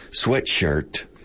sweatshirt